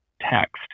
text